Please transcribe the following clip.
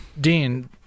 Dean